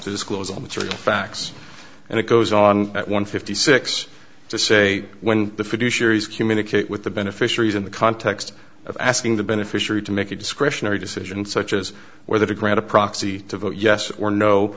disclose all material facts and it goes on at one fifty six to say when the fiduciaries communicate with the beneficiaries in the context of asking the beneficiary to make a discretionary decision such as whether to grant a proxy to vote yes or no